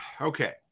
okay